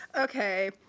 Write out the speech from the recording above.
Okay